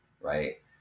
right